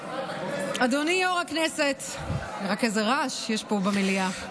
אדוני יו"ר הישיבה, איזה רעש יש פה במליאה.